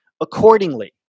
accordingly